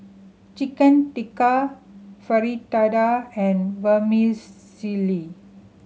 Chicken Tikka Fritada and Vermicelli